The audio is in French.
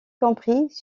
compris